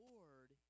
Lord